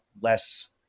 less